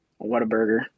Whataburger